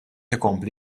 ikompli